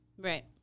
Right